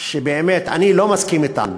שבאמת אני לא מסכים אתן,